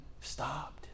stopped